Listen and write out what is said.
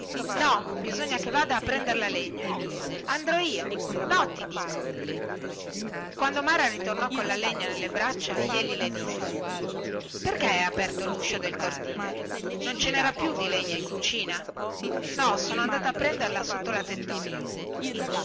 no bisogna che vada a prender la legna andrò io no ti dico quando mara ritornò colla legna nelle braccia jeli le disse perchè hai aperto luscio del cortile non ce nera più di legna in cucina no sono andata a prenderla sotto la tettoja